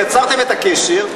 יצרתם את הקשר,